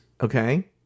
okay